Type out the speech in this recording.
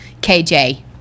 KJ